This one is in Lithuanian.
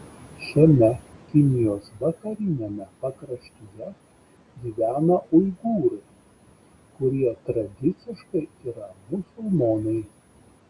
šiame kinijos vakariniame pakraštyje gyvena uigūrai kurie tradiciškai yra musulmonai